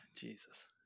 Jesus